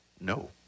No